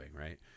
right